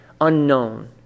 unknown